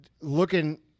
looking